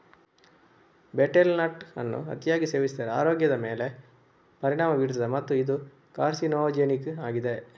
betel nut ಅನ್ನು ಅತಿಯಾಗಿ ಸೇವಿಸಿದರೆ ಆರೋಗ್ಯದ ಮೇಲೆ ಪರಿಣಾಮ ಬೀರುತ್ತದೆ ಮತ್ತು ಇದು ಕಾರ್ಸಿನೋಜೆನಿಕ್ ಆಗಿದೆ